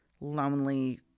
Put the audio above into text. lonely